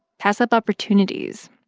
pass up opportunities,